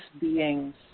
beings